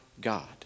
God